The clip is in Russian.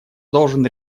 должен